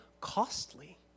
costly